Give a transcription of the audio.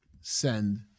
send